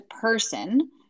person